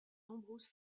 nombreuses